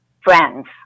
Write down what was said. friends